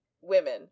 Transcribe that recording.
women